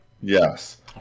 Yes